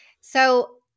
So-